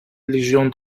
légion